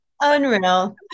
Unreal